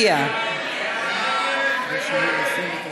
יחיאל חיליק בר,